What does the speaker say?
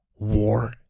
War